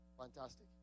Fantastic